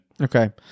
Okay